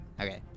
Okay